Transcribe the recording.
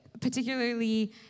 particularly